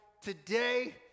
today